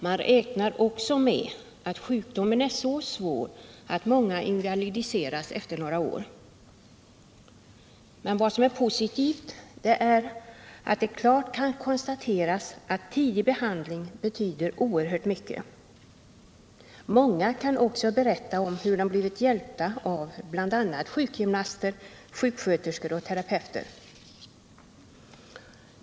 Man räknar också med att sjukdomen är så svår att många 160 invalidiseras efter några år. Men vad som är positivt är att det klart kan konstateras att tidig behandling betyder oerhört mycket. Många kan också berätta hur de blivit hjälpta av bl.a. sjukgymnaster, sjuksköterskor och terapeuter.